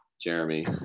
Jeremy